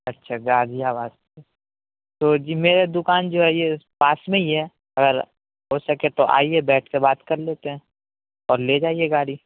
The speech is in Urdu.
اچھا غازی آباد سے تو جی میرے دکان جو ہے یہ پاس میں ہی ہے اگر ہو سکے تو آئیے بیٹھ کے بات کر لیتے ہیں اور لے جائیے گاڑی